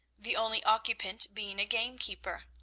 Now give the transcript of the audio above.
the only occupant being a gamekeeper.